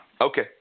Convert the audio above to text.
okay